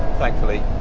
thankfully,